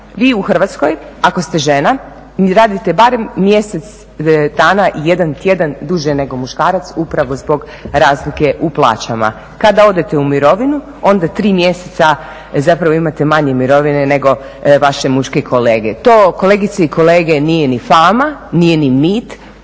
vi u Hrvatskoj ako ste žena, radite barem mjesec dana jedan tjedan duže nego muškarac upravo zbog razlike u plaćama. Kada odete u mirovinu, onda 3 mjeseca zapravo imate manje mirovine nego vaše muške kolege. To kolegice i kolege nije ni fama, nije ni mit,